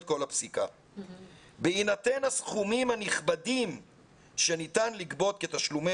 "בהינתן סכומים הנכבדים שניתן לגבות כתשלומי